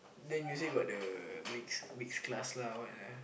then you say got the mix mix class lah what lah